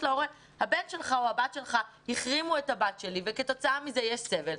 לו שהבן שלו או הבת שלו החרימו בת בבית ספר וכתוצאה מכך נגרם סבל,